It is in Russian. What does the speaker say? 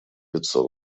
лицо